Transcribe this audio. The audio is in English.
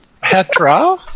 Petra